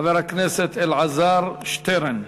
חבר הכנסת אלעזר שטרן.